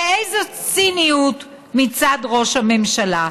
ואיזה ציניות מצד ראש הממשלה.